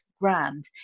grand